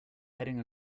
heading